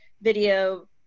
video